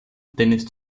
tennis